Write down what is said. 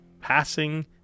passing